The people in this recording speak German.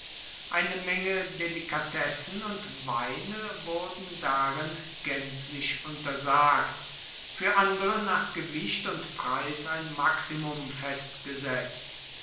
eine menge delikatessen und weine wurden darin gänzlich untersagt für andere nach gewicht und preis ein maximum festgesetzt